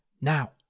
Now